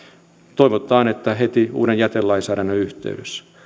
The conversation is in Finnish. toivotaan että heti uuden jätelainsäädännön yhteydessä